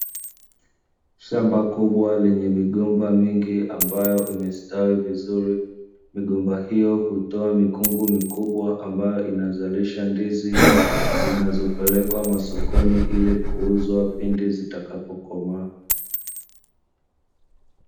Shamba kubwa lenye migomba mingi ambayo imestawi vizuri. Migomba hiyo hutoa mikungu mikubwa ambayo inazalisha ndizi, zinazopelekwa masokoni ili kuuzwa pindi zitakapokomaa.